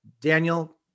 Daniel